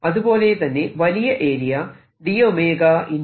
അതുപോലെ തന്നെ വലിയ ഏരിയ d 𝝮